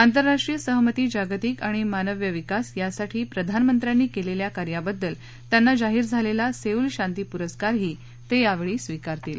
आतरराष्ट्रीय सहमती जागतिक आणि मानव्य विकास यासाठी प्रधानमंत्र्यांनी केलेल्या कामाबद्दल त्यांना जाहीर झालेला सेऊल शांती पुरस्कारही ते यावेळी स्वीकारतील